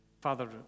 Father